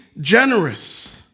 generous